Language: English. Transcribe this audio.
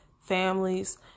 families